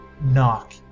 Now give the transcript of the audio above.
Knock